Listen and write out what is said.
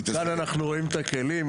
כאן אנחנו רואים את הכלים,